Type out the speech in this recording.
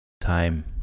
time